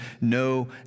no